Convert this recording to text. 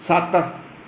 ਸੱਤ